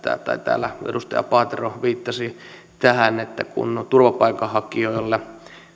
täällä edustaja paatero viittasi että kun turvapaikanhakijoille